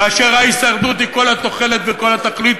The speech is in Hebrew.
כאשר ההישרדות היא כל התוחלת וכל התכלית